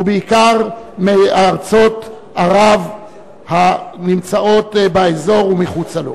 ובעיקר מארצות ערב הנמצאות באזור ומחוץ לו.